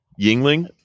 Yingling